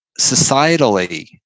societally